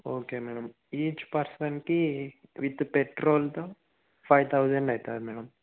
okay madam each పర్సన్కి with పెట్రోల్తో five thousand అవుతుంది మేడం